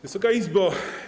Wysoka Izbo!